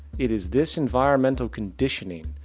it is this enviromental conditioning,